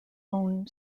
own